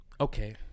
okay